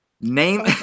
Name